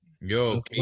Yo